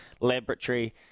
laboratory